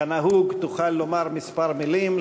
כנהוג, תוכל לומר כמה מילים.